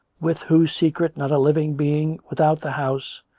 with whose secret not a living being without the house,